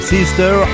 Sister